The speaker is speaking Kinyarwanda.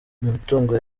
mitungo